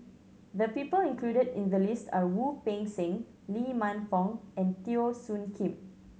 the people included in the list are Wu Peng Seng Lee Man Fong and Teo Soon Kim